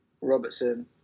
Robertson